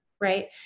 right